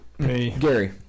Gary